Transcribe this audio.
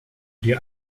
dir